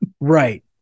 Right